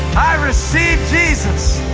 i receive jesus.